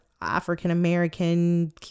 african-american